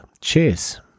Cheers